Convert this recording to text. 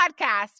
podcast